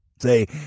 say